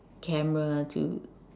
camera to